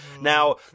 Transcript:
Now